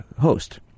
host